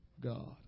God